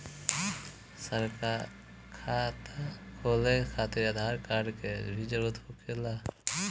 का खाता खोले खातिर आधार कार्ड के भी जरूरत होखेला?